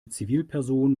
zivilperson